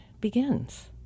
begins